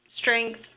strength